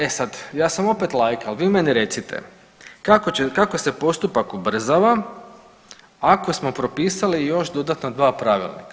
E sad, ja sam opet laik, ali vi meni recite kako se postupak ubrzava ako smo propisali još dodatna dva pravila.